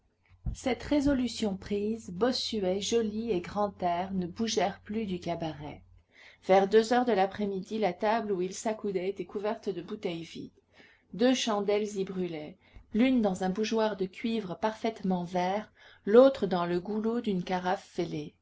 cette résolution prise bossuet joly et grantaire ne bougèrent plus du cabaret vers deux heures de l'après-midi la table où ils s'accoudaient était couverte de bouteilles vides deux chandelles y brûlaient l'une dans un bougeoir de cuivre parfaitement vert l'autre dans le goulot d'une carafe